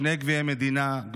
שני גביעי מדינה,